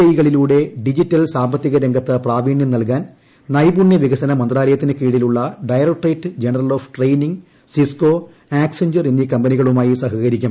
I കളിലൂടെ digital സമ്പദ്ഘടനാ സാമ്പത്തിക രംഗത്ത് പ്രാവീണൃം നൽകാൻ നൈപുണൃ വികസന മന്ത്രാലയത്തിന് കീഴിലുള്ള directorate general of training Cisco Accenture എന്നീ കമ്പനികളുമായി സഹകരിക്കും